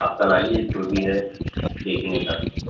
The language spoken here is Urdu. آپ کل آئیے انٹرویو بھی ہے دیکھیں گے کل